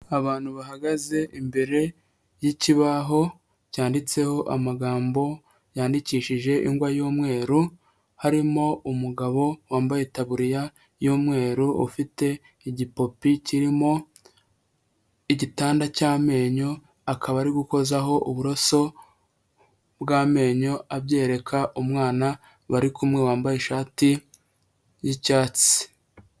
Abantu bahagaze imbere y'ikibaho cyanditseho amagambo yandikishije ingwa y'umweru, harimo umugabo wambaye itaburiya y'umweru ufite igipopi kirimo igitanda cy'amenyo, akaba ari gukozaho uburoso bw'amenyo abyereka umwana bari kumwe wambaye ishati y'icyatsi.